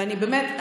ובאמת,